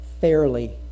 fairly